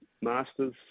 Masters